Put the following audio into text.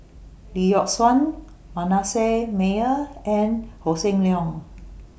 Lee Yock Suan Manasseh Meyer and Hossan Leong